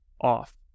off